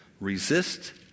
Resist